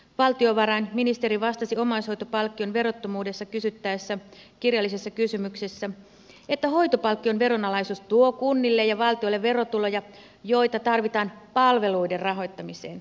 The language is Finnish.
valtiovarainministeri vastasi omaishoitopalkkion verottomuudesta kysyttäessä kirjallisessa kysymyksessä että hoitopalkkion veronalaisuus tuo kunnille ja valtiolle verotuloja joita tarvitaan palveluiden rahoittamiseen